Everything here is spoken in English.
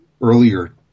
earlier